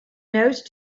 nose